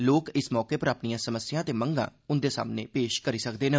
लोक इस मौके उप्पर अपनियां परेशानियां ते मंगा उंदे सामने पेश करी सकदे न